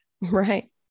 Right